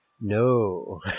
No